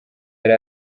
yari